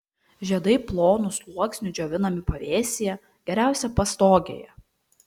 žiedai plonu sluoksniu džiovinami pavėsyje geriausia pastogėje